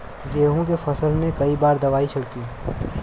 गेहूँ के फसल मे कई बार दवाई छिड़की?